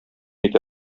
итә